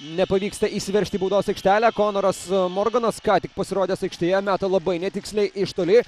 nepavyksta įsiveržti į baudos aikštelę konoras morganas ką tik pasirodęs aikštėje meta labai netiksliai iš toli